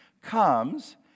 comes